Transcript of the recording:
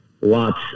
lots